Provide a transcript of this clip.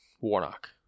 Warnock